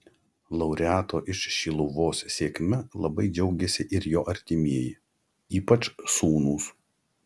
laureato iš šiluvos sėkme labai džiaugėsi ir jo artimieji ypač sūnūs